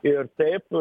ir taip